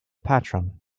patron